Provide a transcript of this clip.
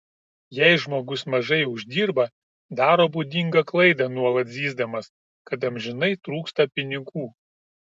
jei žmogus mažai uždirba daro būdingą klaidą nuolat zyzdamas kad amžinai trūksta pinigų